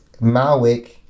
Malwick